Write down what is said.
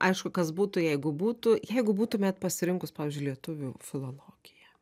aišku kas būtų jeigu būtų jeigu būtumėt pasirinkus pavyzdžiui lietuvių filologiją